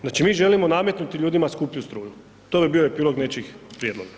Znači mi želimo nametnuti ljudima skuplju struju, to bi bio epilog nečijih prijedloga.